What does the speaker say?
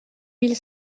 mille